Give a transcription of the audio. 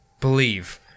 Believe